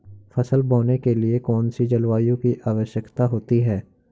फसल बोने के लिए कौन सी जलवायु की आवश्यकता होती है?